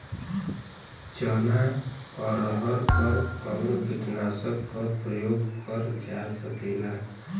चना अरहर पर कवन कीटनाशक क प्रयोग कर जा सकेला?